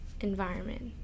environment